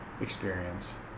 experience